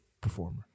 performer